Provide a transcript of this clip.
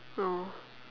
oh